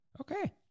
okay